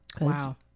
wow